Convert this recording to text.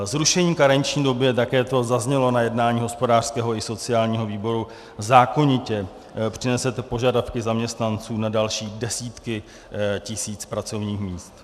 Zrušením karenční doby, a také to zaznělo na jednání hospodářského i sociálního výboru, zákonitě přenesete požadavky zaměstnanců na další desítky tisíc pracovních míst.